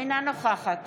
אינה נוכחת